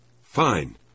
Fine